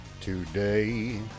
Today